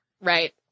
right